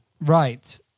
Right